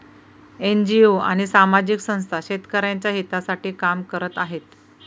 NGO आणि सामाजिक संस्था शेतकऱ्यांच्या हितासाठी काम करत आहेत